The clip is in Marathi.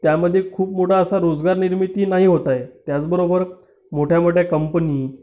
त्यामध्ये खूप मोठा असा रोजगारनिर्मिती नाही होत आहे त्याचबरोबर मोठ्या मोठ्या कंपनी